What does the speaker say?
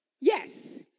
Yes